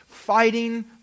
fighting